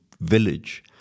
village